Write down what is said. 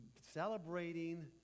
Celebrating